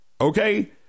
okay